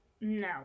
No